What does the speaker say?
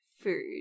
food